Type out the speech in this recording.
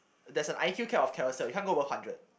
there's an I_Q cap of Carousell you can't go above hundred